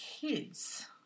kids